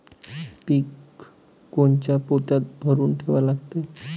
पीक कोनच्या पोत्यात भरून ठेवा लागते?